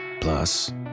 plus